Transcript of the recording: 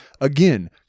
Again